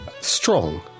Strong